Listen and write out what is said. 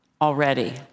already